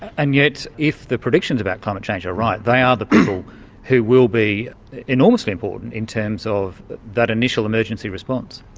and yet if the predictions about climate change are right, they are the people who will be enormously important in terms of that that initial emergency response.